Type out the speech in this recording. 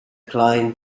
klein